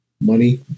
money